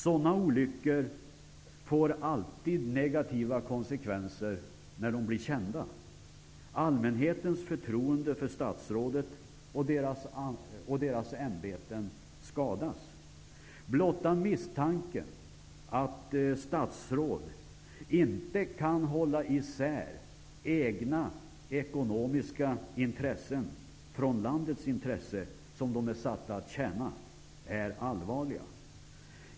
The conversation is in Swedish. Sådana olyckor får alltid negativa konsekvenser när de blir kända. Allmänhetens förtroende för statsråden och deras ämbeten skadas. Blotta misstanken att statsråd inte kan hålla isär egna ekonomiska intressen från landets intresse, som de är satta att tjäna, är allvarlig.